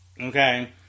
Okay